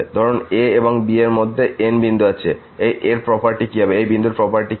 ধরুন a এবং b এর মধ্যে n বিন্দু আছে এই বিন্দুর প্রপার্টি কী